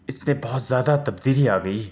اس میں بہت زیادہ تبدیلی آ گئی ہے